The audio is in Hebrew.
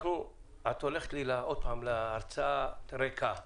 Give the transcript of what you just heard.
את הולכת שוב להצעה ריקה.